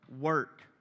work